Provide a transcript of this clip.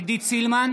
עידית סילמן,